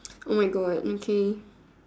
oh my God okay